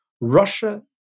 Russia